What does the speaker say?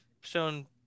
shown